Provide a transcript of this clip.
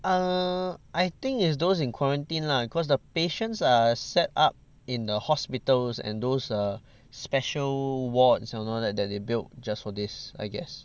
err I think is those in quarantine lah cause the patients are set up in the hospitals and those err special wards and all that that they built just for this I guess